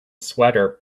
sweater